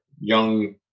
young